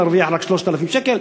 להרוויח רק 3,000 שקל.